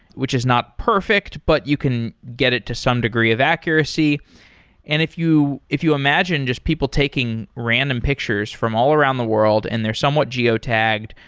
which is not perfect, but you can get it to some degree of accuracy and if you if you imagine just people taking random pictures from all around the world and they're somewhat geotagged,